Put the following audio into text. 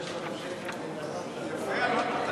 יפה אמרת,